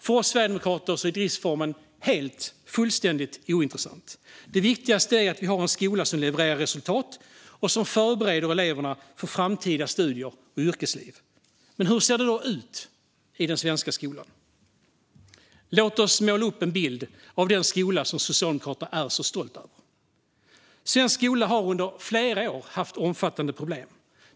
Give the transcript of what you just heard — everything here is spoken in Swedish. För oss sverigedemokrater är driftsformen fullständigt ointressant. Det viktigaste är att Sverige har en skola som levererar resultat och som förbereder eleverna för framtida studier och yrkesliv. Men hur ser det då ut i den svenska skolan? Låt oss måla upp en bild av den skola som Socialdemokraterna är så stolta över. Svensk skola har under flera år haft omfattande problem.